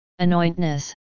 anointness